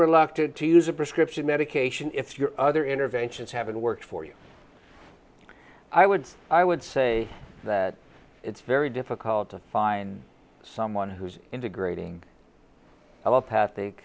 reluctant to use a prescription medication if your other interventions haven't worked for you i would i would say that it's very difficult to find someone who's integrating